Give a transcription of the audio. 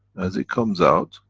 as it comes out,